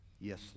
Yes